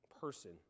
person